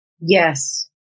Yes